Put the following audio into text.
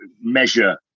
measure